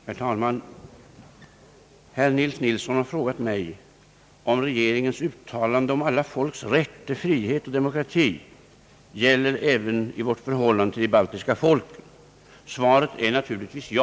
Herr talman! Herr Nils Nilsson har frågat mig om regeringens uttalande om alla folks rätt till frihet och demokrati gäller även i vårt förhållande till de baltiska folken. Svaret är naturligtvis ja.